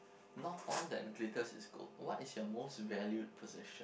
not all that glitters is gold what is your most valued possession